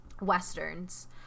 Westerns